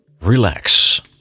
relax